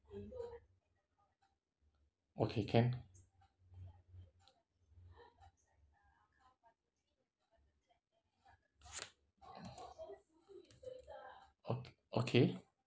okay can ok~ okay